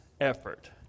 effort